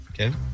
Okay